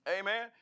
Amen